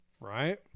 Right